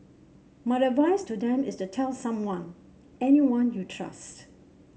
my advice to them is to tell someone anyone you trust